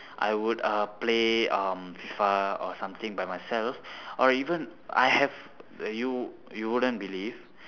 I would uh play um FIFA or something by myself or even I have you you wouldn't believe